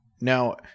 Now